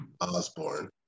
osborne